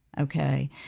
okay